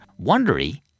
Wondery